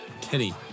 Kenny